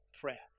prayer